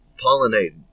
pollinating